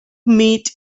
meat